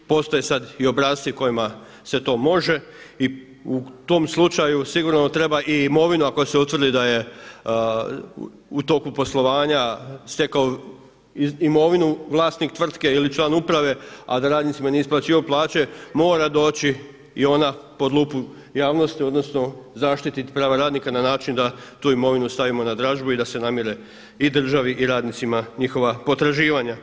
Postoje sada i obrasci kojima se to može i u tom slučaju sigurno treba i imovina ako se utvrdi da je u toku poslovanja stekao imovinu vlasnik tvrtke ili član uprave, a da radnicima nije isplaćivao plaće mora doći i ona pod lupu javnosti odnosno zaštititi prava radnika na način da tu imovinu stavimo na dražbu i da se namire i državi i radnicima njihova potraživanja.